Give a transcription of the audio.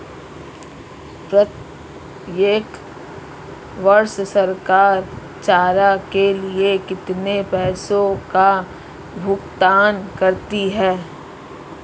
प्रत्येक वर्ष सरकार चारा के लिए कितने पैसों का भुगतान करती है?